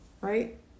Right